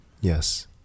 Yes